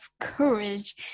courage